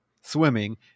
swimming